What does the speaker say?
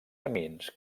camins